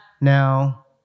Now